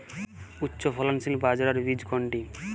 উচ্চফলনশীল বাজরার বীজ কোনটি?